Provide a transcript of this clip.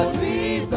the